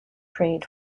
prayed